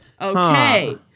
Okay